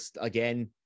again